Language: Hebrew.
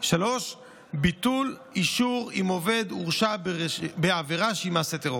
3. ביטול אישור אם עובד הורשע בעבירה שהיא מעשה טרור.